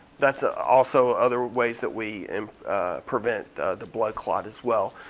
that's ah also other ways that we and prevent the blood clot as well.